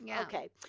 Okay